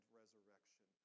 resurrection